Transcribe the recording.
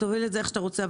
תוביל את זה איך שאתה רוצה.